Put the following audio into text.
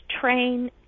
train